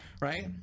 right